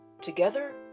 together